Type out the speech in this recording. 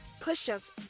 push-ups